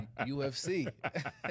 UFC